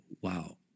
wow